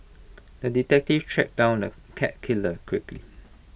the detective tracked down the cat killer quickly